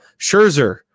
Scherzer